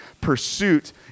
pursuit